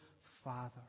father